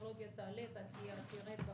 שהטכנולוגיה תעלה והתעשייה תרד באחוזים?